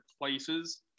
places